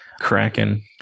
Kraken